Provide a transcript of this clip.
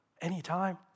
anytime